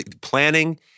Planning